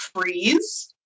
freeze